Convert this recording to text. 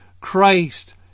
Christ